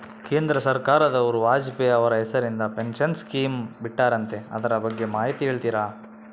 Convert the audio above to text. ಕೇಂದ್ರ ಸರ್ಕಾರದವರು ವಾಜಪೇಯಿ ಅವರ ಹೆಸರಿಂದ ಪೆನ್ಶನ್ ಸ್ಕೇಮ್ ಬಿಟ್ಟಾರಂತೆ ಅದರ ಬಗ್ಗೆ ಮಾಹಿತಿ ಹೇಳ್ತೇರಾ?